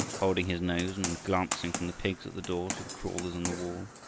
holding his nose and glancing from the pigs at the door to the crawlers on the wall.